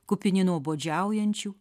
kupini nuobodžiaujančių